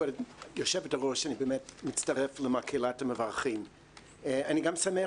כבוד יושבת הראש אני באמת מצטרף למקהלת המברכים ואני גם שמח